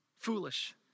foolish